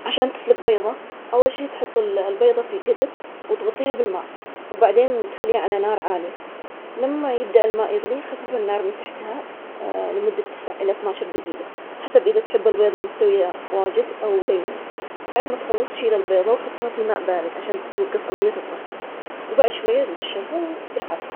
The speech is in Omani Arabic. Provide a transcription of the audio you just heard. عشان تسلج بيضة، أول شي تحط ال- البيضة في جدر وتغطيها بالماء وبعدين تخليها على نار عالية لما يبدء الماء يغلي خفف النار من تحتها لمدة تسع إلى اثنى عشر دقيقة حسب إذا تحب البيضة مستوية وايد أو لينة بعد ما تخلص شيل البيضة وحطها في ماء بارد عشان توجف عملية الطهي، وبعد شوية نجشرها وبالعافية.